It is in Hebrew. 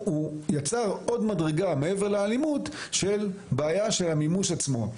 הוא יצר עוד מדרגה מעבר לאלימות של בעיה של המימוש עצמו.